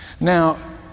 Now